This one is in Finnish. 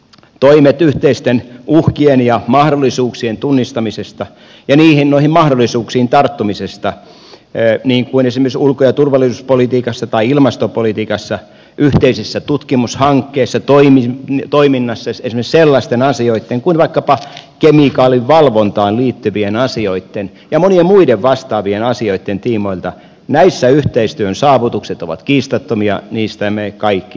toimissa yhteisten uhkien ja mahdollisuuksien tunnistamiseksi ja noihin mahdollisuuksiin tarttumiseksi niin kuin esimerkiksi ulko ja turvallisuuspolitiikassa tai ilmastopolitiikassa yhteisissä tutkimushankkeissa toiminnassa esimerkiksi sellaisten asioitten kuin vaikkapa kemikaalivalvontaan liittyvien asioitten ja monien muiden vastaavien asioitten tiimoilta yhteistyön saavutukset ovat kiistattomia niistä me kaikki hyödymme